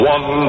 One